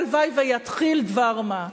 הלוואי שיתחיל דבר מה,